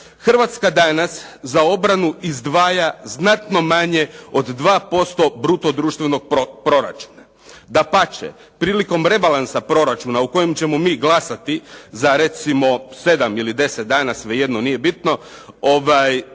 Hrvatska danas za obranu izdvaja znatno manje od 2% bruto društvenog proračuna. Dapače, prilikom rebalansa proračuna o kojem ćemo mi glasati za recimo 7 ili 10 dana, svejedno, nije bitno,